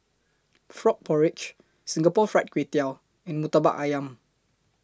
Frog Porridge Singapore Fried Kway Tiao and Murtabak Ayam